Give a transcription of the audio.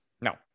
no